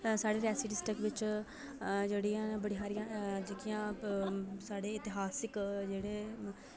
साढ़े रियासी डिस्टिक बिच आ जेह्ड़ियां बड़ी हारियां जेहकियां साढ़े इतहासिक जेह्ड़े